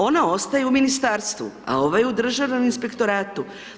Ona ostaje u Ministarstvu a ova je u Državnom inspektoratu.